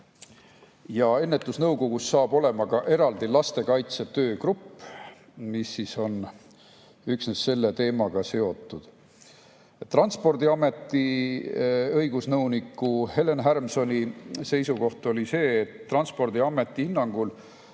Ennetusnõukogus saab olema ka eraldi lastekaitse töögrupp, mis on üksnes selle teemaga seotud. Transpordiameti õigusnõuniku Helen Härmsoni seisukoht oli see, et Transpordiameti hinnangul